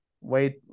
Wait